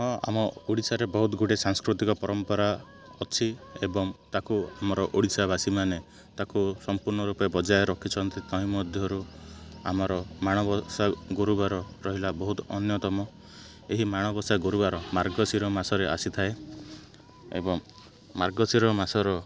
ହଁ ଆମ ଓଡ଼ିଶାରେ ବହୁତ ଗୁଡ଼ିଏ ସାଂସ୍କୃତିକ ପରମ୍ପରା ଅଛି ଏବଂ ତାକୁ ଆମର ଓଡ଼ିଶାବାସୀମାନେ ତାକୁ ସମ୍ପୂର୍ଣ୍ଣ ରୂପେ ବଜାୟ ରଖିଛନ୍ତି ତହିଁ ମଧ୍ୟରୁ ଆମର ମାଣବସା ଗୁରୁବାର ରହିଲା ବହୁତ ଅନ୍ୟତମ ଏହି ମାଣବସା ଗୁରୁବାର ମାର୍ଗଶିର ମାସରେ ଆସିଥାଏ ଏବଂ ମାର୍ଗଶିର ମାସର